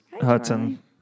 Hudson